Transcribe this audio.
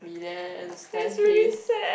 be there and staircase